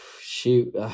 shoot